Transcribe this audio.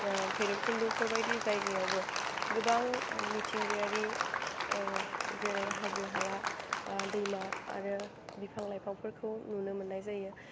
भैर'बखुन्दफोर बायदि जायगायावबो गोबां मिथिंगायारि जेरै हाजो हाला दैमा आरो बिफां लाइफांफोरखौ नुनो मोन्नाय जायो